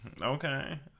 Okay